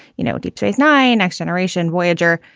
you know, deep space nine, next generation voyager,